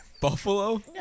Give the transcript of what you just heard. Buffalo